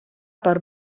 per